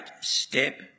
step